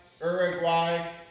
Uruguay